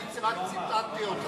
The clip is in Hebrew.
אני רק ציטטתי אותך.